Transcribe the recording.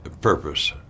purpose